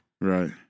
Right